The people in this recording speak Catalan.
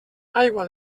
aigua